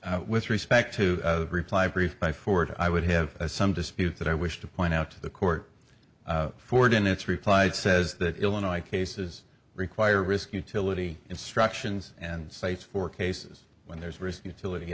respect to reply brief by ford i would have some dispute that i wish to point out to the court ford in its replied says that illinois cases require risk utility instructions and cites for cases when there's risk utility